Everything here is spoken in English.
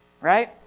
Right